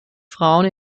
frauen